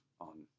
on